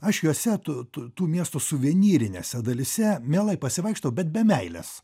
aš juose tų tų tų miesto suvenyrinėse dalyse mielai pasivaikštau bet be meilės